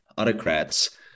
autocrats